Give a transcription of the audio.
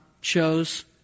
chose